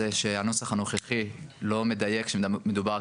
היא שהנוסח הנוכחי לא מדייק שמדובר רק